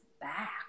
back